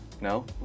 No